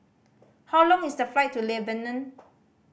how long is the flight to Lebanon